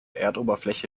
erdoberfläche